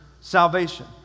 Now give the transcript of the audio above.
salvation